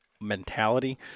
mentality